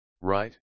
right